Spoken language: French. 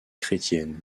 chrétiennes